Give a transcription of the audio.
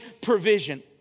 provision